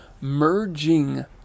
merging